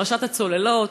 פרשת הצוללות,